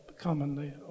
commonly